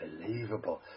unbelievable